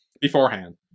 Beforehand